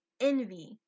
envy